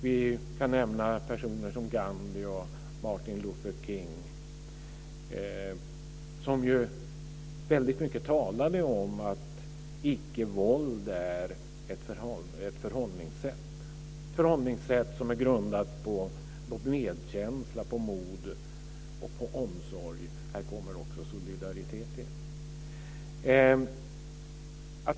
Vi kan nämna personer som Gandhi, Martin Luther King, som väldigt mycket talade om att icke-våld är ett förhållningssätt som är grundat på vår medkänsla, på mod och på omsorg. Här kommer också solidariteten in.